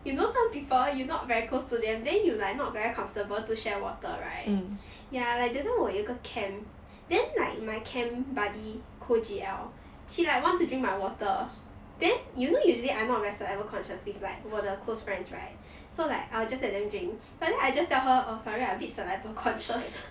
you know some people you not very close to them then you like not very comfortable to share water right ya like that time 我有一个 camp then like my camp buddy co-G_L she like want to drink my water then you know usually I not very saliva conscious with like 我的 close friends right so like I will just let them drink but then I just tell her orh sorry I a bit saliva conscious